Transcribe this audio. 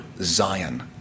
Zion